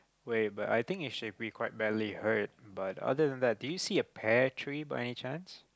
wait but I think he should be quite badly hurt but other than that do you see a pear tree by any chance